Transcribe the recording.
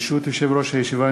ברשות יושב-ראש הישיבה,